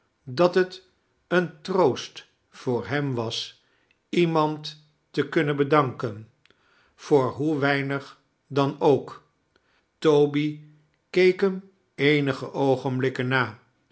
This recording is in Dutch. dat het een troost voor hem was iemand te kunnen bedanken voor hoe weinig dan ook toby keek hem eenige oogenblikken na